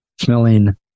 smelling